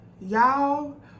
y'all